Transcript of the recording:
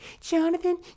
Jonathan